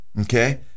Okay